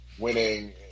winning